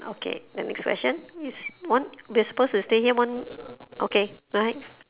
okay the next question is one we are supposed to stay here one okay right